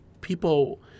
people